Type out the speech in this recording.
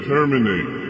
Terminate